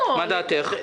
מה דעתך?